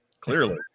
Clearly